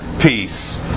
peace